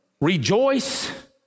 rejoice